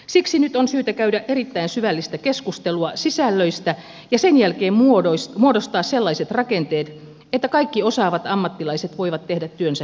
siksi nyt on syytä käydä erittäin syvällistä keskustelua sisällöistä ja sen jälkeen muodostaa sellaiset rakenteet että kaikki osaavat ammattilaiset voivat tehdä työnsä hyvin